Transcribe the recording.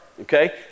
okay